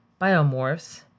biomorphs